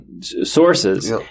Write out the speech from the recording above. Sources